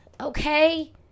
Okay